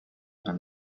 and